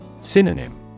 Synonym